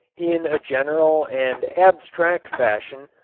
in a general and abstract fashion,